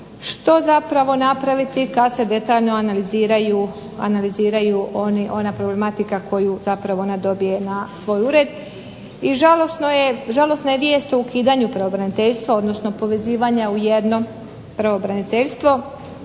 što zapravo napraviti kad se detaljno analizira ona problematika koju zapravo ona dobije na svoj ured. I žalosna je vijest o ukidanju pravobraniteljstva, odnosno povezivanja u jedno pravobraniteljstvo.